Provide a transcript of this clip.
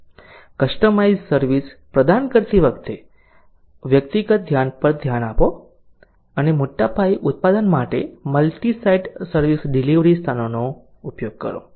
customised service પ્રદાન કરતી વખતે વ્યક્તિગત ધ્યાન પર ધ્યાન આપો અને મોટા પાયે ઉત્પાદન માટે મલ્ટી સાઇટ સર્વિસ ડિલિવરી સ્થાનોનો ઉપયોગ કરો